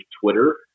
Twitter